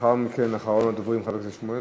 ולאחר מכן, אחרון הדוברים, חבר הכנסת שמולי,